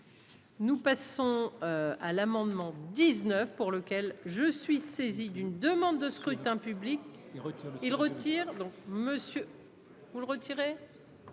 Nous passons à l'amendement 19 pour lequel je suis saisi d'une demande de scrutin public, il retourne il retire non monsieur, vous le retirer.